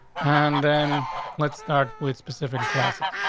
and then let's start with specific classes.